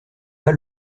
pas